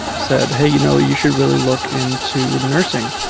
said, hey, you know, you should really look into nursing